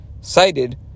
cited